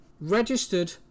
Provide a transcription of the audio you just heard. registered